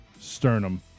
sternum